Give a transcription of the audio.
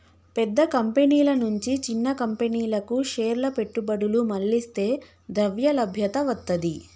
పెద్ద కంపెనీల నుంచి చిన్న కంపెనీలకు షేర్ల పెట్టుబడులు మళ్లిస్తే ద్రవ్యలభ్యత వత్తది